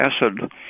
acid